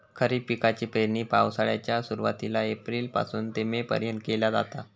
खरीप पिकाची पेरणी पावसाळ्याच्या सुरुवातीला एप्रिल पासून ते मे पर्यंत केली जाता